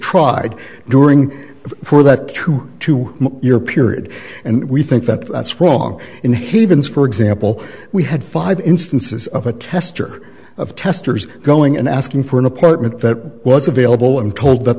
tried during for that true to your period and we think that that's wrong in havens for example we had five instances of a tester of testers going and asking for an apartment that was available i'm told that